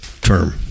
term